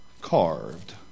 carved